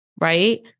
right